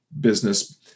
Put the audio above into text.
business